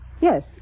yes